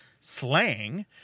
slang